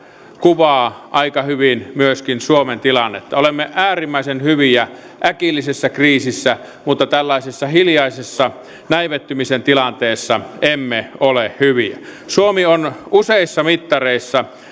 kuvaa aika hyvin myöskin suomen tilannetta olemme äärimmäisen hyviä äkillisessä kriisissä mutta tällaisessa hiljaisessa näivettymisen tilanteessa emme ole hyviä suomi on useissa mittareissa